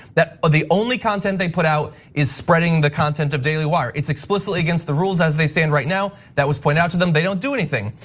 that, ah the only content they put it out, is spreading the content of daily wire. it's explicitly against the rules, as they stand right now, that was pointed out to them, they don't do anything.